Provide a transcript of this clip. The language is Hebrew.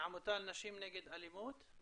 מהעמותה לנשים נגד אלימות.